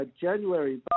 January